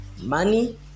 money